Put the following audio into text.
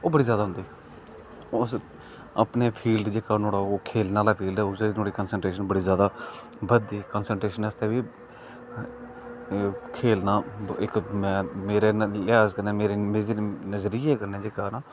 ओह् बच्चे च ज्यादा होंदी उस अपने फील्ड जेहका नुआढ़ा ओह् खेलने आहला फील्ड ऐ उसदे च नुआढ़ी कनशनट्रेशन बड़ी ज्यादा बधदी कन्शनट्रेशन आस्तै बी खेलना इक मेरे लिहाज कन्नै मेरे नजरिये कन्नै जेहका ना